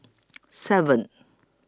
seven